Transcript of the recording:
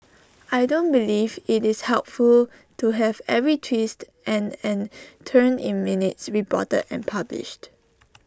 I don't believe IT is helpful to have every twist and and turn in minutes reported and published